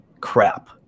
crap